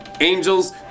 Angels